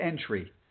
entry